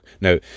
Now